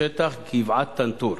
בשטח גבעות טנטור,